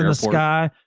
ah sky.